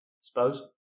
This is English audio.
suppose